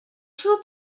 two